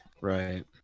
right